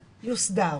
יוסדר?